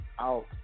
out